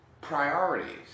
priorities